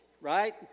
right